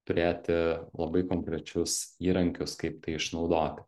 turėti labai konkrečius įrankius kaip tai išnaudoti